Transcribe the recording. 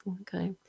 Okay